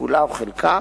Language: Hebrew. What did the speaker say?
כולה או חלקה,